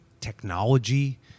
technology